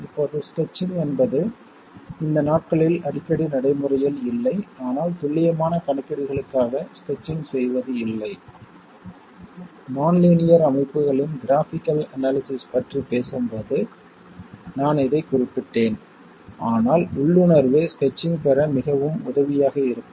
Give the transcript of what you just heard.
இப்போது ஸ்கெட்ச்சிங் என்பது இந்த நாட்களில் அடிக்கடி நடைமுறையில் இல்லை ஆனால் துல்லியமான கணக்கீடுகளுக்காக ஸ்கெட்ச்சிங் செய்வது இல்லை நான் லீனியர் அமைப்புகளின் கிராஃப்பிகல் அனாலிசிஸ் பற்றி பேசும்போது நான் இதை குறிப்பிட்டேன் ஆனால் உள்ளுணர்வு ஸ்கெட்ச்சிங் பெற மிகவும் உதவியாக இருக்கும்